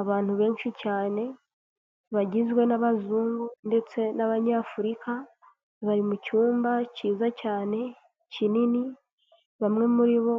Abantu benshi cyane, bagizwe n'Abazungu ndetse n'Abanyafurika bari mu cyumba kiza cyane, kinini bamwe muri bo